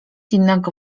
innego